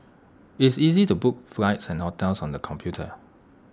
IT is easy to book flights and hotels on the computer